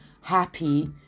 happy